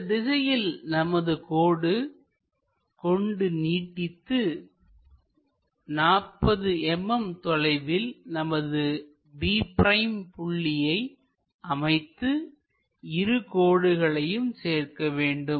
இந்த திசையில் நமது கோடு கொண்டு நீட்டித்து 40 mm தொலைவில் நமது b' புள்ளியை அமைத்து இரு கோடுகளையும் சேர்க்க வேண்டும்